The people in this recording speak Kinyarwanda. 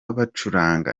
bacuranga